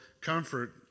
comfort